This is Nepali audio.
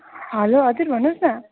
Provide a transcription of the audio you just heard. हेलो हजुर भन्नुहोस् न